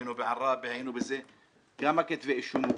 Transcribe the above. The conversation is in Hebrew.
היינו בעראבה כמה כתבי אישום הוגשו?